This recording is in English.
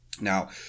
Now